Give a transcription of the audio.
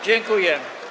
Dziękuję.